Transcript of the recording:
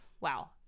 wow